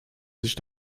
sich